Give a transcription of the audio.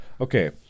Okay